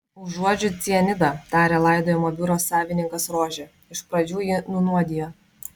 užuodžiu cianidą tarė laidojimo biuro savininkas rožė iš pradžių jį nunuodijo